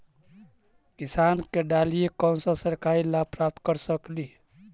किसान के डालीय कोन सा सरकरी लाभ प्राप्त कर सकली?